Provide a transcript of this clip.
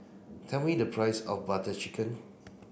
tell me the price of Butter Chicken